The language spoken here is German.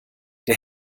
der